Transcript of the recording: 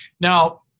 Now